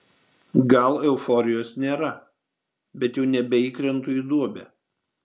gal euforijos nėra bet jau nebeįkrentu į duobę